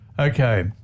Okay